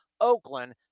Oakland